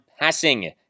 passing